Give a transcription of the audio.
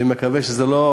אני מקווה שזה לא